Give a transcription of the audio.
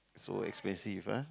so expensive ah